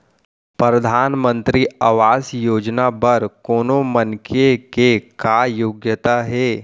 परधानमंतरी आवास योजना बर कोनो मनखे के का योग्यता हे?